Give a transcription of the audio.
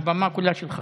הבמה כולה שלך.